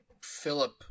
philip